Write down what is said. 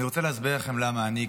אני רוצה להסביר לכם למה אני,